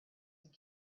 and